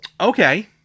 Okay